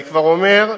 אני כבר אומר: